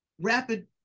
rapid